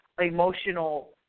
emotional